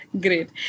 Great